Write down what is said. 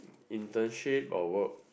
internship or work